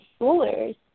schoolers